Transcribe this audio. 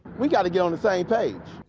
we got to get on the same page.